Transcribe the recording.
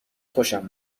خوشم